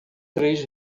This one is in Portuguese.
três